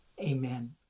Amen